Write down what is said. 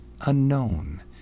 unknown